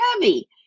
heavy